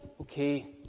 okay